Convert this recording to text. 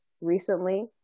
recently